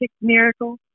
miracle